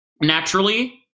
naturally